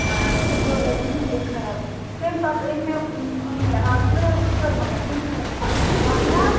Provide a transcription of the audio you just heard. سُہ گوٚو نہٕ زٕہٕنۍ تہِ خراب تَمہِ پتہٕ أنۍ مےٚ أنۍ مےٚ اَکھ زٕ رایِس کُکر مگر تِم حظ روٗدۍ نہٕ کامیاب